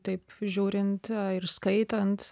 taip žiūrint ir skaitant